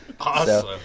Awesome